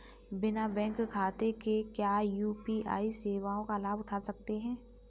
बिना बैंक खाते के क्या यू.पी.आई सेवाओं का लाभ उठा सकते हैं?